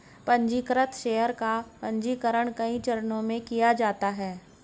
पन्जीकृत शेयर का पन्जीकरण कई चरणों में किया जाता है